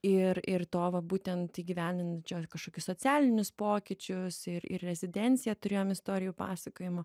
ir ir to va būtent įgyvendin kažkokius socialinius pokyčius ir ir rezidenciją turėjom istorijų pasakojimų